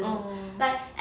oh oh